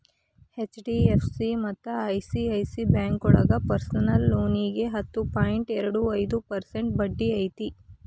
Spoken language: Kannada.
ಎಚ್.ಡಿ.ಎಫ್.ಸಿ ಮತ್ತ ಐ.ಸಿ.ಐ.ಸಿ ಬ್ಯಾಂಕೋಳಗ ಪರ್ಸನಲ್ ಲೋನಿಗಿ ಹತ್ತು ಪಾಯಿಂಟ್ ಎರಡು ಐದು ಪರ್ಸೆಂಟ್ ಬಡ್ಡಿ ಐತಿ